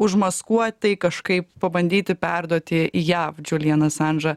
užmaskuot tai kažkaip pabandyti perduoti jav džulijeną asandžą